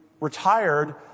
retired